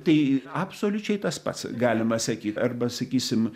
tai absoliučiai tas pats galima sakyt arba sakysim